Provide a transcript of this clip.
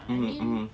mmhmm mmhmm